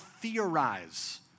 theorize